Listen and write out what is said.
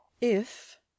If